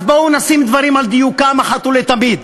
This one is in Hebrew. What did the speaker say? אז בואו נעמיד דברים על דיוקם אחת ולתמיד: